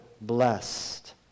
blessed